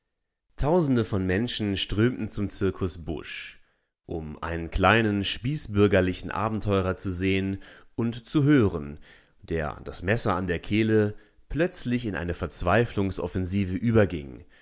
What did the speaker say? tausende von menschen strömten zum zirkus busch um einen kleinen spießbürgerlichen abenteurer zu sehen und zu hören der das messer an der kehle plötzlich in eine verzweiflungsoffensive überging